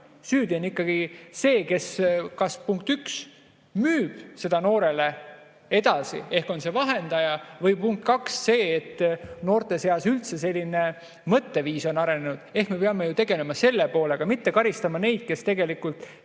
Süüdi on ikkagi, punkt üks, see, kes müüb seda noorele edasi ehk on see vahendaja, või, punkt kaks, see, et noorte seas üldse selline mõtteviis on arenenud. Ehk siis me peame tegelema selle poolega, mitte karistama neid, kes tegelikult